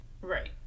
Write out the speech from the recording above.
Right